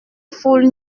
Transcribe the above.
foule